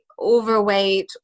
overweight